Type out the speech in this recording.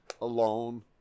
alone